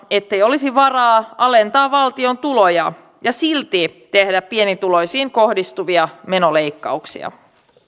ettei olisi varaa alentaa valtion tuloja ja silti tehdä pienituloisiin kohdistuvia menoleikkauksia